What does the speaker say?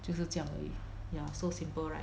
就是这样而已 ya so simple right